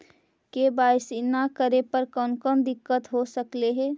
KYC न करे पर कौन कौन दिक्कत हो सकले हे?